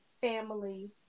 family